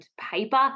paper